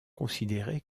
considérée